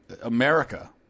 America